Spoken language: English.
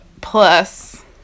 plus